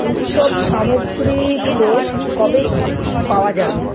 উৎসব সামগ্রীগুলো কবে পাওয়া যাবে